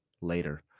later